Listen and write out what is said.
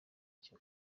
icyo